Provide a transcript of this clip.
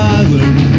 island